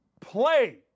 play